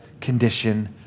condition